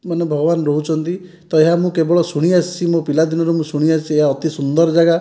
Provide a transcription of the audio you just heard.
ମାନେ ଭଗବାନ ରହୁଛନ୍ତି ତ ଏହା ମୁଁ କେବଳ ଶୁଣି ଆସିଛି ମୋ ପିଲା ଦିନରୁ ମୁଁ ଶୁଣି ଆସିଛି ଏହା ଅତି ସୁନ୍ଦର ଯାଗା